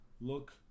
look